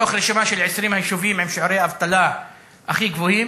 מתוך רשימה של 20 היישובים עם שיעורי האבטלה הכי גבוהים,